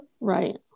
right